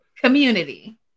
Community